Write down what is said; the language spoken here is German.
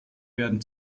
werden